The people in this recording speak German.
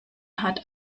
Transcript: hat